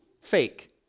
fake